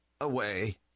away